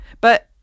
But-